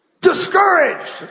discouraged